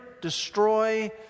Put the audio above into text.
destroy